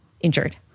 injured